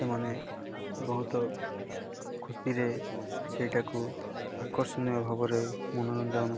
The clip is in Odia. ସେମାନେ ବହୁତ ଖୁସିରେ ସେଇଟାକୁ ଆକର୍ଷଣୀୟ ଭାବରେ ମନୋରଞ୍ଜନ କର